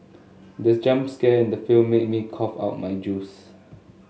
the jump scare in the film made me cough out my juice